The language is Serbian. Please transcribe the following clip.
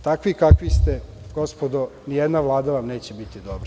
Takvi kakvi ste, gospodo, nijedna vlada vam neće biti dobra.